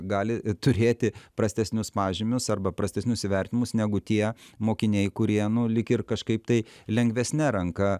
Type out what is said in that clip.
gali turėti prastesnius pažymius arba prastesnius įvertinimus negu tie mokiniai kurie nu lyg ir kažkaip tai lengvesne ranka